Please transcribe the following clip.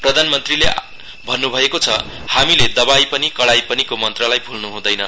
प्रधानमन्त्रीले भन्नुभएको छ हामीले दवाई पनि कडाई पनिको मन्त्रलाई भल्नु हुँदैन